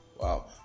wow